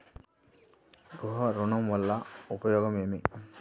గృహ ఋణం వల్ల ఉపయోగం ఏమి?